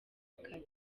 kare